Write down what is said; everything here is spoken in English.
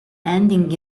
ending